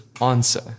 answer